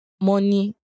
money